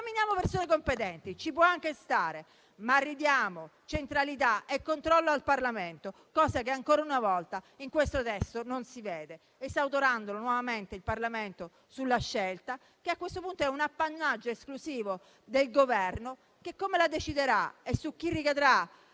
Nominiamo persone competenti, ci può anche stare, ma ridiamo centralità e controllo al Parlamento, cosa che ancora una volta in questo testo non si vede. Il Parlamento viene nuovamente esautorato dalla scelta che a questo punto è appannaggio esclusivo del Governo che - a prescindere da come deciderà e su chi ricadrà